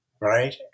right